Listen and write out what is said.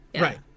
Right